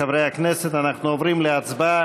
חברי הכנסת, אנחנו עוברים להצבעה.